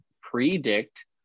predict